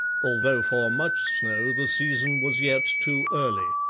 although for much snow the season was yet too early.